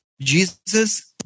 Jesus